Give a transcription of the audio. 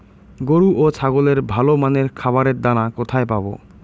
গরু ও ছাগলের ভালো মানের খাবারের দানা কোথায় পাবো?